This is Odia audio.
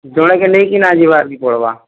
ଜଣେକେ ନେଇକିନା ଯିବାକେ ପଡ଼୍ବା